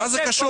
מה זה קשור?